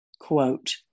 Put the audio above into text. quote